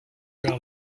vers